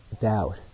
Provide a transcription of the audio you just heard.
doubt